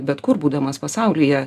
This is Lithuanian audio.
bet kur būdamas pasaulyje